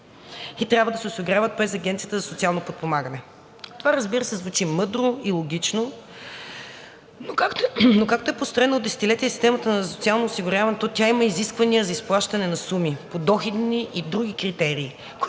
и трябва да се осигуряват през Агенцията за социално подпомагане. Това, разбира се, звучи мъдро и логично, но както е построена от десетилетия системата на социално осигуряване, то тя има изисквания за изплащане на суми – подоходни и други критерии,